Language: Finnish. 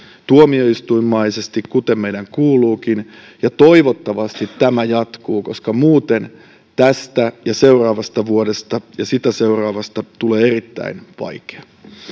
tuomioistuinmaisesti kuten meidän kuuluukin ja toivottavasti tämä jatkuu koska muuten tästä ja seuraavasta vuodesta ja sitä seuraavasta tulee erittäin vaikea